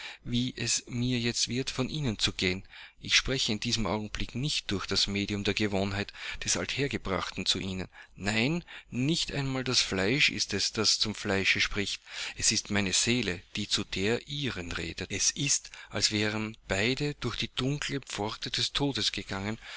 wie es mir jetzt wird von ihnen zu gehen ich spreche in diesem augenblick nicht durch das medium der gewohnheit des althergebrachten zu ihnen nein nicht einmal das fleisch ist es das zum fleische spricht es ist meine seele die zu der ihren redet es ist als wären beide durch die dunkle pforte des todes gegangen